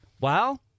Wow